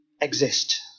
exist